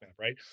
right